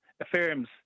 affirms